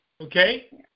Okay